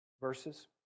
verses